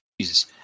Jesus